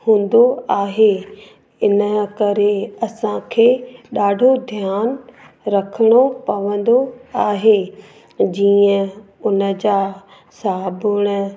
हूंदो आहे इन करे असांखे ॾाढो ध्यानु रखिणो पवंदो आहे जीअं उन जा साबुण